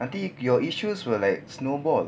nanti your issues will like snowball